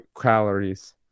calories